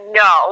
no